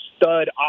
stud